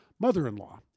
mother-in-law